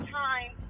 time